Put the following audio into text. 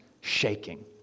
shaking